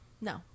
No